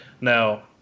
Now